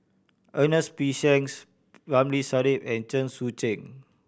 Ernest P Shanks Ramli Sarip and Chen Sucheng